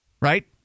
right